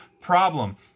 problem